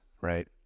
right